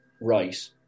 right